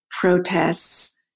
protests